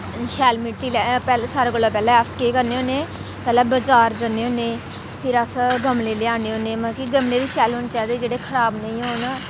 शैल मिट्टी लै पै सारें कोला पैह्लें अस केह् करने होन्नें पैह्लें बजार जन्ने होन्नें फिर अस गमले लेआन्ने होन्नें मतलब कि गमले बी शैल होने चाहिदे जेह्ड़े खराब नेईं होन